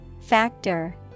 Factor